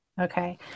Okay